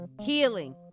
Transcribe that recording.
healing